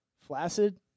Flaccid